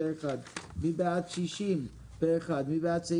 אושר מי בעד סעיף 52?